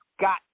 got